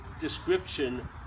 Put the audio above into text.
description